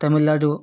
Tamil Nadu